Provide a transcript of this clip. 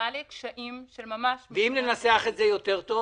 מעלה קשיים של ממש --- ואם ננסח את זה יותר טוב,